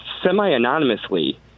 Semi-anonymously